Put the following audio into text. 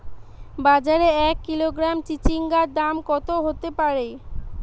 বাজারে এক কিলোগ্রাম চিচিঙ্গার দাম কত হতে পারে?